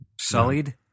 Sullied